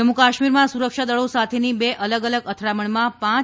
જમ્મુ કાશ્મીરમાં સુરક્ષાદળો સાથેની બે અલગ અલગ અથડામણમાં પાંચ